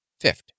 fifth